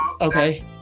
okay